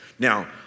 Now